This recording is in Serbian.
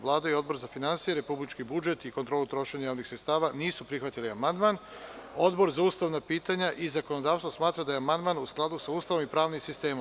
Vlada i Odbor za finansije, republički budžet i kontrolu trošenja javnih sredstava nisu prihvatili amandman Odbor za ustavna pitanja i zakonodavstvo smatra da je amandman u skladu sa ustavom i pravnim sistemom.